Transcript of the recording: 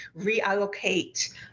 reallocate